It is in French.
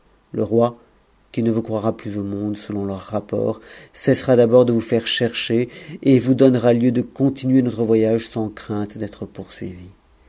le roi qui ne vous croira plus au monde selon leur rapport cessera d'abord de vous faire chercher et nous donnera lieu de continuer uotre voyage sans crainte d'être poursuivi